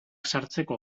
sartzeko